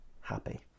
happy